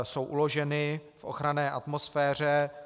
Jsou uloženy v ochranné atmosféře.